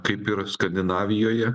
kaip ir skandinavijoje